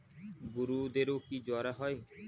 গরুদেরও কি জ্বর হয়?